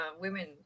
women